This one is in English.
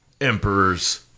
Emperor's